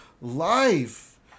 life